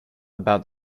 about